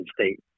State